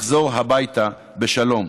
תחזור הביתה בשלום.